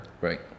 Right